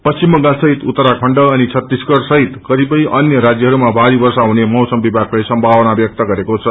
पश्चिम बंगालसहित उत्तराखण्ड अनि छत्तीसगढ़ सहित कतिपय अन्य राज्यहरूमा भारी वष्प्रहुने मौमा विभागले सम्भावन व्यक्त गरेको छ